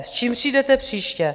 S čím přijdete příště?